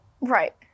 Right